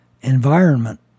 environment